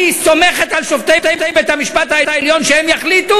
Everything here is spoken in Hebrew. אני סומכת על שופטי בית-המשפט העליון שהם יחליטו.